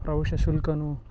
ಪ್ರವೇಶ ಶುಲ್ಕವೂ